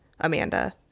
Amanda